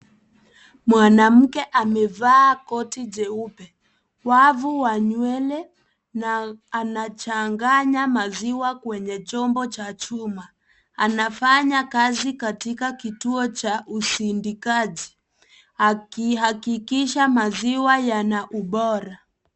Mwanamke amevaa koti jeupe wavu wa nywele na anachangaya maziwa kwenye chombo cha chuma anafanya kazi katika kituo cha usindikaji akihakikisha maziwa yana ubora.